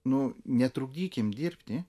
nu netrukdykim dirbti